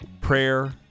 prayer